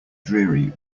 dreary